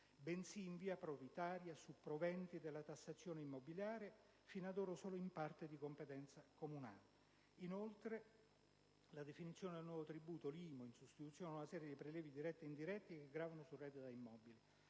bensì, in via prioritaria, sui proventi della tassazione immobiliare fino ad ora solo in parte di competenza comunale» e la definizione del nuovo tributo, l'IMU, in sostituzione di una serie di prelievi diretti e indiretti che gravano sul reddito da immobili.